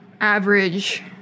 average